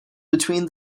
between